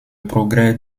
progrès